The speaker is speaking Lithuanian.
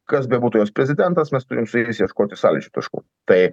kas bebūtų jos prezidentas mes turim su jais ieškoti sąlyčio taškų tai